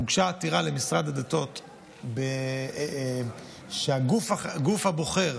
הוגשה עתירה למשרד הדתות שהגוף הבוחר